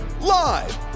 live